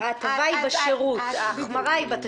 אני יכולה לשאול אותך למה נושא כזה עולה